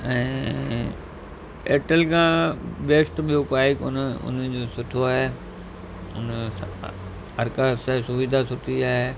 ऐं एयरटेल खां बेस्ट ॿियो कोई आहे ई कोन उनजो सुठो आहे उन हर का शइ सुविधा सुठी आहे